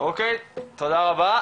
תודה רבה.